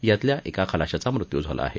यातल्या एका खलाशाचा मृत्यू झाला आहे